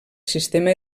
sistema